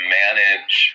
manage